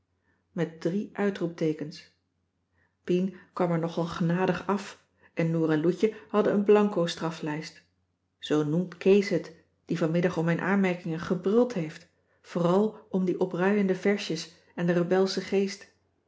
met drie uitroepteekens pien kwam er nogal genadig af en noor en loutje hadden een blanco straflijst zoo noemt kees het die vanmiddag om mijn aanmerkingen gebruld heeft vooral om die opruiende versjes en den rebelschen geest